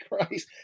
Christ